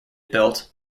built